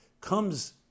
Comes